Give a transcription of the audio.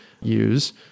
use